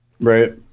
Right